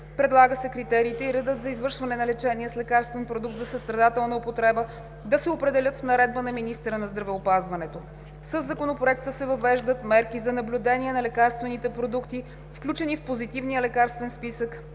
Предлага се критериите и редът за извършване на лечение с лекарствен продукт за състрадателна употреба да се определят в наредба на министъра на здравеопазването. Със Законопроекта се въвеждат мерки за наблюдение на лекарствените продукти, включени в Позитивния лекарствен списък,